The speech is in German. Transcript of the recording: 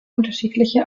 unterschiedliche